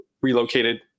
relocated